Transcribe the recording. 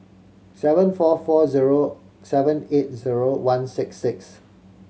seven four four zero seven eight zero one six six